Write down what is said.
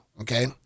Okay